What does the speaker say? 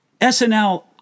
SNL